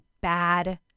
bad